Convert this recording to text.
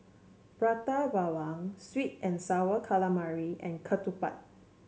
Prata Bawang Sweet and sour calamari and ketupat